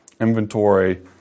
inventory